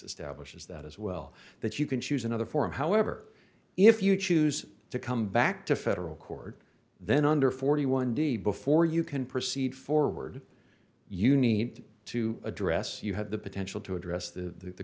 is that as well that you can choose another forum however if you choose to come back to federal court then under forty one d before you can proceed forward you need to address you have the potential to address the